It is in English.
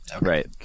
Right